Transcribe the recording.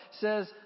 says